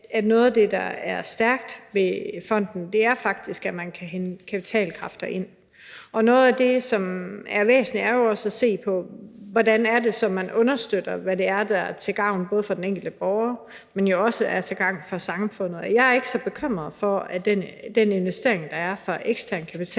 at noget af det, der er stærkt ved fonden, er, at man kan hente kapitalkræfter ind. Og noget af det, der er væsentligt, er at se på, hvordan man understøtter det, der er til gavn både for den enkelte borger, men jo også for samfundet. Jeg er ikke så bekymret for, at den investering, der er i form af ekstern kapital,